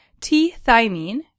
T-Thymine